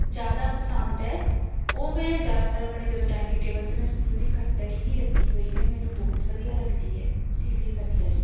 ਜ਼ਿਆਦਾ ਪਸੰਦ ਹੈ ਉਹ ਮੈਂ ਜ਼ਿਆਦਾਤਰ ਆਪਣੇ ਜਦੋਂ ਡਾਇਨਿੰਗ ਟੇਬਲ 'ਤੇ ਮੈਂ ਸਟੀਲ ਦੀ ਕਟਲਰੀ ਹੀ ਰੱਖੀ ਹੋਈ ਹੈ ਮੈਨੂੰ ਬਹੁਤ ਵਧੀਆ ਲੱਗਦੀ ਹੈ ਸਟੀਲ ਦੀ ਕਟਲਰੀ